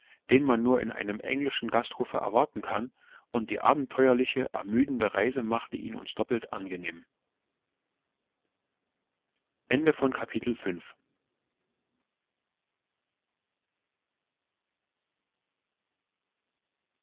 den man nur in einem englischen gasthofe erwarten kann und die abenteuerliche ermüdende reise machte ihn uns doppelt angenehm